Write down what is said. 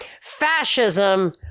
fascism